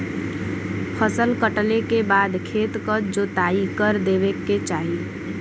फसल कटले के बाद खेत क जोताई कर देवे के चाही